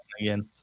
again